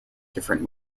different